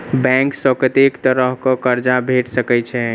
Bank सऽ कत्तेक तरह कऽ कर्जा भेट सकय छई?